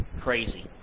crazy